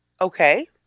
Okay